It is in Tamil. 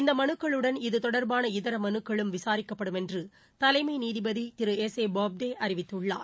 இந்த மலுக்களுடன் இது தொடர்பாள இதர மலுக்களும் விசாரிக்கப்படும் என்று தலைமை நீதிபதி திரு எஸ் ஏ பாப்டே அறிவித்துள்ளார்